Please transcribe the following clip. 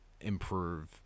improve